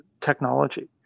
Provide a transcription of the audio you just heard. technology